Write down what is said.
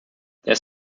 there